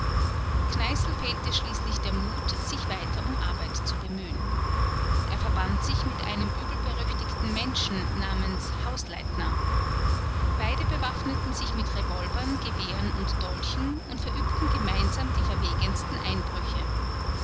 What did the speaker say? kneißl fehlte schließlich der mut sich weiter um arbeit zu bemühen er verband sich mit einem übelberüchtigten menschen namens hausleitner beide bewaffneten sich mit revolvern gewehren und dolchen und verübten gemeinsam die verwegensten einbrüche